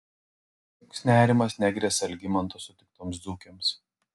toks nerimas negresia algimanto sutiktoms dzūkėms